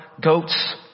Goats